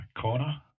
corner